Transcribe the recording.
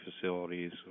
facilities